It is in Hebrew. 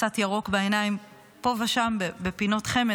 קצת ירוק בעיניים פה ושם בפינות חמד,